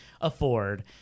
afford